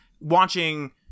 watching